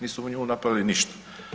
Nisu u nju napravili ništa.